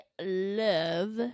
love